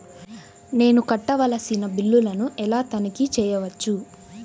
నేను కట్టవలసిన బిల్లులను ఎలా తనిఖీ చెయ్యవచ్చు?